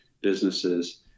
businesses